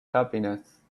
happiness